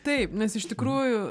taip nes iš tikrųjų